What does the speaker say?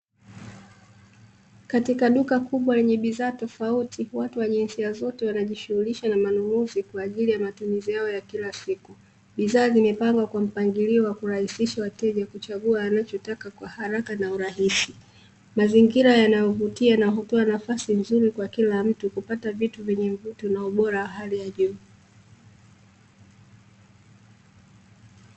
Katika duka kubwa lenye bidhaa tofauti watu wa jinsia zote wanajishughulisha na manunuzi kwa ajili ya matumizi yao ya kila siku. Bidhaa zimepangwa kwa mpangilio wa kurahisisha wateja kuchagua wanachotaka kwa haraka na urahisi. Mazingira yanayovutia na hutoa nafasi nzuri kwa kila mtu kupata vitu vyenye mvuto na ubora wa hali ya juu.